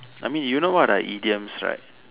I mean you know what are idioms right